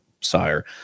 sire